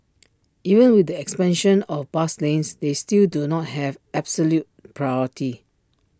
even with the expansion of bus lanes they still do not have absolute priority